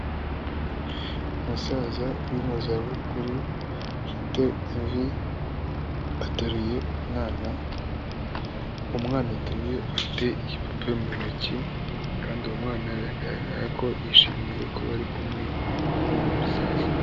Umusaza uri mu zabukuru afite imvi ateruye umwana, umwana ateruye afite igipupe mu ntoki kandi uwo mwana biragaragara ko yishimiye kuba bari kumwe n'uwo musaza.